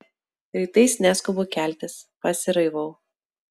rytais neskubu keltis pasiraivau